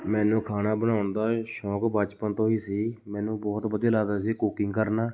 ਮੈਨੂੰ ਖਾਣਾ ਬਣਾਉਣ ਦਾ ਸ਼ੌਂਕ ਬਚਪਨ ਤੋਂ ਹੀ ਸੀ ਮੈਨੂੰ ਬਹੁਤ ਵਧੀਆ ਲੱਗਦਾ ਸੀ ਕੁਕਿੰਗ ਕਰਨਾ